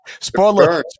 Spoiler